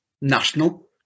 National